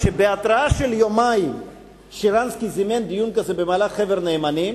כשבהתרעה של יומיים שרנסקי זימן דיון כזה במהלך חבר נאמנים